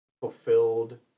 fulfilled